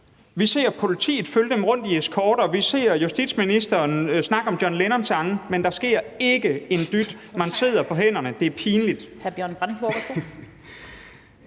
Vi ser politiet følge dem rundt i eskorter, og vi ser justitsministeren snakke om John Lennon-sange, men der sker ikke en dyt. Man sidder på hænderne. Det er pinligt.